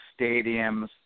stadiums